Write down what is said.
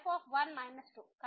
f1 2